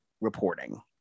reporting